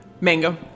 Mango